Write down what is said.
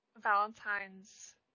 Valentine's